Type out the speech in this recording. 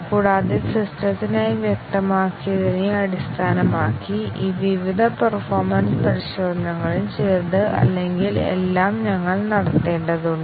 കൂടാതെ സിസ്റ്റത്തിനായി വ്യക്തമാക്കിയതിനെ അടിസ്ഥാനമാക്കി ഈ വിവിധ പെർഫോമെൻസ് പരിശോധനകളിൽ ചിലത് അല്ലെങ്കിൽ എല്ലാം ഞങ്ങൾ നടത്തേണ്ടതുണ്ട്